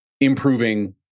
improving